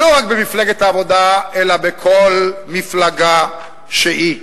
לא רק במפלגת העבודה אלא בכל מפלגה שהיא.